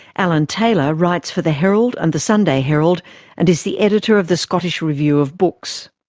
alan taylor writes for the herald and the sunday herald and is the editor of the scottish review of books.